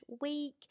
week